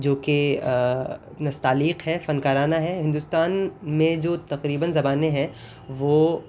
جو کہ نستعلیق ہے فنکارانہ ہے ہندوستان میں جو تقریباً زبانیں ہیں وہ